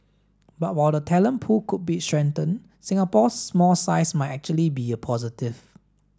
but while the talent pool could be strengthened Singapore's small size might actually be a positive